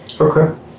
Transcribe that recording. okay